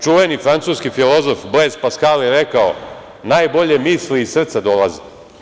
Čuveni francuski filozof Blez Paskal je rekao – najbolje misli iz srca dolaze.